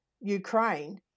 Ukraine